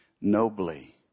nobly